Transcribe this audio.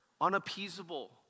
unappeasable